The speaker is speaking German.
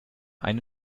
eine